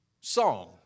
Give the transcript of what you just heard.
song